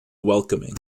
welcoming